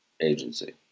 agency